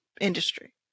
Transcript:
industry